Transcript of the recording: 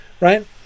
right